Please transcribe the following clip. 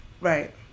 Right